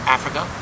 Africa